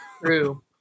True